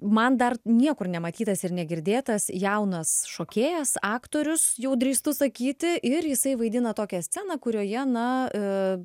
man dar niekur nematytas ir negirdėtas jaunas šokėjas aktorius jau drįstu sakyti ir jisai vaidina tokią sceną kurioje na